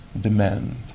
demand